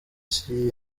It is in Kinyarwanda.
isi